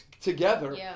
together